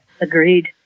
Agreed